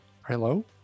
Hello